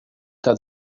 que